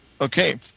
Okay